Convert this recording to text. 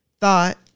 thought